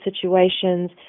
situations